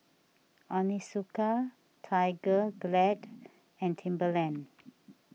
Onitsuka Tiger Glad and Timberland